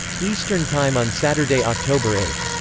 eastern time on saturday, october eight.